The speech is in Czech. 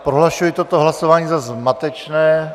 Prohlašuji toto hlasování za zmatečné.